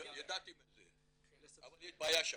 ידעתי על זה אבל יש בעיה שם.